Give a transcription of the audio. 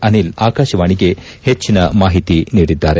ಅನಿಲ್ ಆಕಾಶವಾಣಿಗೆ ಹೆಚ್ಚಿನ ಮಾಹಿತಿ ನೀಡಿದ್ದಾರೆ